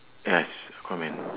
yes aquaman